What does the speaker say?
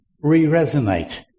re-resonate